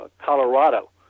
Colorado